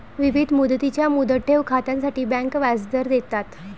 विविध मुदतींच्या मुदत ठेव खात्यांसाठी बँका व्याजदर देतात